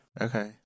Okay